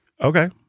Okay